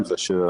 אם זה 10,